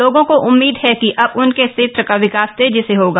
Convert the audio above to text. लोगों को उम्मीद है कि अब उनके क्षेत्र का विकास तेजी से होगा